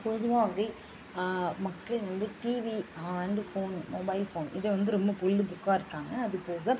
பொதுவாவே மக்கள் வந்து TV and phone mobile phone இதை வந்து ரொம்ப பொழுதுபோக்கா இருக்காங்கள் அதுபோக